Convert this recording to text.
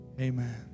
Amen